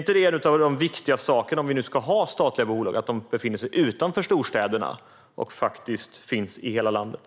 Om vi nu ska ha statliga bolag, är då inte en av de viktigaste sakerna att de befinner sig utanför storstäderna och faktiskt finns i hela landet?